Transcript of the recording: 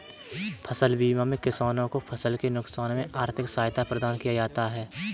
फसल बीमा में किसानों को फसल के नुकसान में आर्थिक सहायता प्रदान किया जाता है